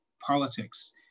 politics